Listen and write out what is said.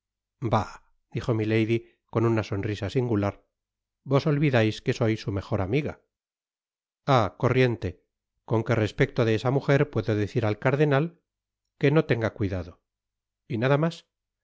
bah dijo milady con una sonrisa singular vos olvidais qne soy so mejor amiga ah i corriente con qué respecto de esa mujer puedo decir al cardenal que no tenga cuidado y nada mas